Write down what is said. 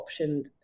optioned